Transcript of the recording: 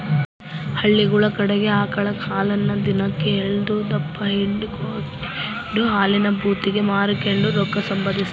ಹಳ್ಳಿಗುಳ ಕಡಿಗೆ ಆಕಳ ಹಾಲನ್ನ ದಿನಕ್ ಎಲ್ಡುದಪ್ಪ ಹಿಂಡಿಕೆಂಡು ಹಾಲಿನ ಭೂತಿಗೆ ಮಾರಿಕೆಂಡು ರೊಕ್ಕ ಸಂಪಾದಿಸ್ತಾರ